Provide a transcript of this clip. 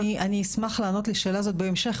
אני אשמח לענות על השאלה הזאת בהמשך,